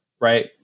right